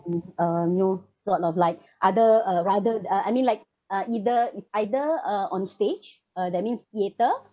it's uh um you know you sort of like other uh rather I mean like uh either is either uh on stage uh that means theatre